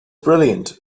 brilliant